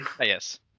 Yes